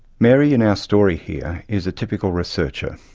mary in our story here is a typical researcher.